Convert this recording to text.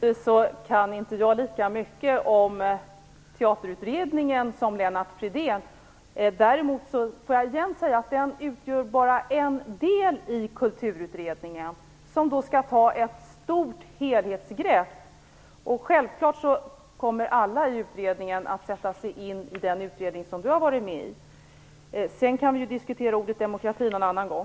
Fru talman! Nu kan jag inte lika mycket om Teaterutredningen som Lennart Fridén. Däremot får jag jämt påpeka att den bara utgör en del i Kulturutredningen, vilken skall ta ett stort helhetsgrepp. Självfallet kommer alla i Kulturutredningen att sätta sig in i den utredning som jag har varit med i. Sedan kan vi diskutera ordet demokrati någon annan gång.